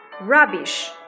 rubbish